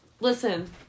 Listen